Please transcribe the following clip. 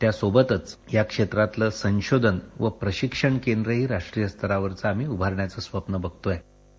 त्यासोबतच या क्षेत्रातलं संशोधन व प्रशिक्षण केंद्रही राष्ट्रीय स्तरावरचं आम्ही उभारायचं स्वप्न बघतो आहोत